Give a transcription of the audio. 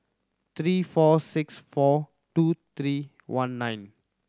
three four six four two three one nine